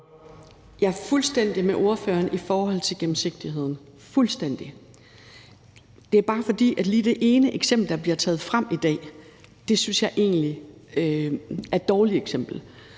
Jeg er fuldstændig enig med spørgeren i forhold til gennemsigtigheden – fuldstændig. Det er bare, fordi lige det ene eksempel, der bliver taget frem i dag, synes jeg egentlig er et dårligt eksempel,